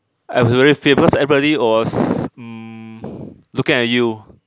I was very famous everybody was mm looking at you